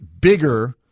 bigger